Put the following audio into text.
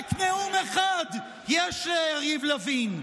רק נאום אחד יש ליריב לוין.